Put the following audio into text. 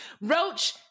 Roach